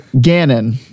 Gannon